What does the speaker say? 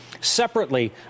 Separately